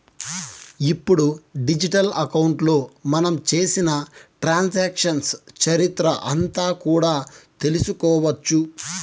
ఇప్పుడు డిజిటల్ అకౌంట్లో మనం చేసిన ట్రాన్సాక్షన్స్ చరిత్ర అంతా కూడా తెలుసుకోవచ్చు